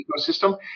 ecosystem